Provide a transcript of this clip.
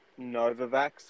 Novavax